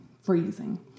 freezing